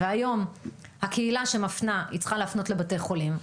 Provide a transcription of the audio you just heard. והיום הקהילה שמפנה צריכה להפנות לבתי חולים,